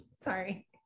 Sorry